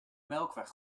melkweg